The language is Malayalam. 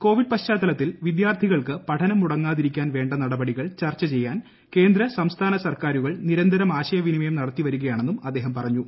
കോവിഡ് പശ്ചാത്തലത്തിൽ വിദ്യാർഥികൾക്ക് പഠനം മുടങ്ങാതിരിക്കാൻ വേണ്ട നടപടികൾ ചർച്ച ചെയ്യാൻ കേന്ദ്ര സംസ്ഥാന സർക്കാരുകൾ നിരന്തരം ആശയവിനിമയം നടത്തി വരികയാണെന്നും അദ്ദേഹം പറഞ്ഞു